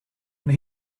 when